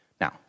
Now